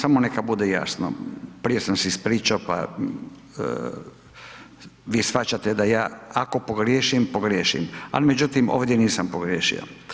Samo neka bude jasno, prije sam se ispričao pa vi shvaćate da ja, ako pogriješim, pogriješim, ali međutim, ovdje nisam pogriješio.